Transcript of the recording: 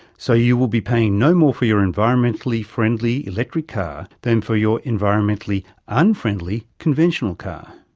so you will be paying no more for your environmentally friendly electric car than for your environmentally unfriendly conventional car.